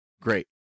great